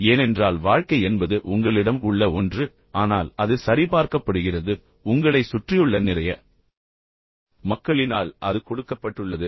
ஏனென்றால் வாழ்க்கை என்பது உங்களிடம் உள்ள ஒன்று ஆனால் அது சரிபார்க்கப்படுகிறது அது உங்களுக்கு வழங்கப்பட்டுள்ளது உங்களை சுற்றியுள்ள நிறைய மக்களினால் அது கொடுக்கப்பட்டுள்ளது